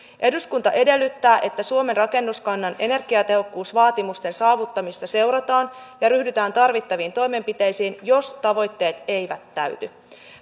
eduskunta edellyttää että suomen rakennuskannan energiatehokkuusvaatimusten saavuttamista seurataan ja ryhdytään tarvittaviin toimenpiteisiin jos tavoitteet eivät täyty